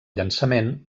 llançament